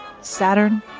Saturn